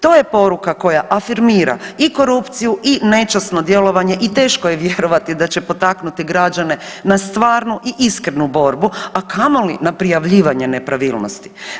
To je poruka koja afirmira i korupciju i nečasno djelovanje i teško je vjerovati da će potaknuti građane na stvarnu i iskrenu dobru, a kamoli na prijavljivanje nepravilnosti.